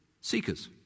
Seekers